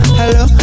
hello